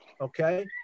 okay